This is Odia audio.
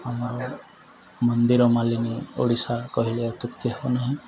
ଆମର ମନ୍ଦିର ମାଳିନୀ ଓଡ଼ିଶା କହିଲେ ଅତ୍ୟୁକ୍ତି ହେବ ନାହିଁ